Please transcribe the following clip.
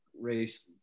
race